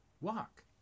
walk